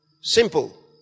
Simple